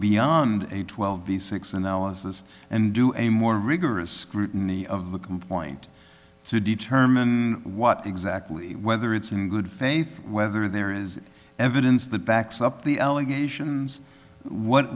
beyond a twelve b six analysis and do a more rigorous scrutiny of the complaint to determine what exactly whether it's in good faith whether there is evidence that backs up the allegations what